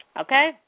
okay